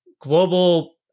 global